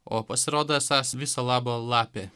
o pasirodo esąs viso labo lapė